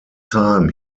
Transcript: time